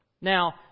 Now